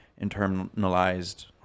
internalized